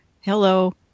Hello